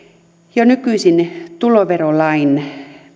jo nykyisin tuloverolain